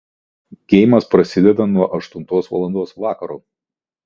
geimas prasideda nuo aštuntos valandos vakaro